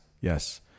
Yes